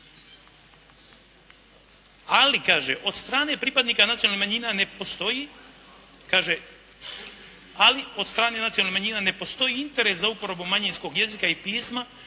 Ali kaže, od strane pripadnika nacionalnih manjina ne postoji kaže, ali od strane nacionalnih manjina ne postoji interes za uporabu manjinskog jezika i pisma